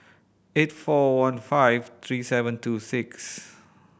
eight four one five three seven two six